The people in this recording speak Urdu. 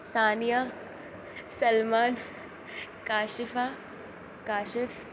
ثانیہ سلمان کاشفہ کاشف